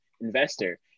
investor